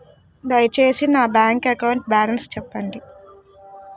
దయచేసి నా bank account balance చెప్పండి